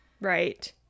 Right